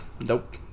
Nope